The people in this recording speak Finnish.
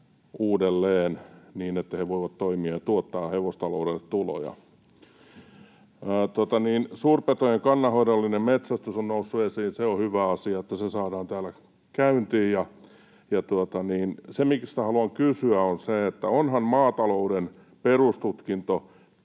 uudelleen, niin että he voivat toimia ja tuottaa hevostaloudelle tuloja. Suurpetojen kannanhoidollinen metsästys on noussut esiin. Se on hyvä asia, että se saadaan täällä käyntiin. Se, mistä haluan kysyä, on se, että onhan maatalouden perustutkinto,